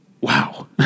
wow